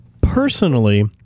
personally